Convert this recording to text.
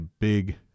big